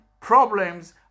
problems